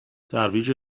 ترویج